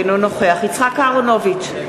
אינו נוכח יצחק אהרונוביץ,